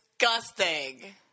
Disgusting